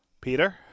Peter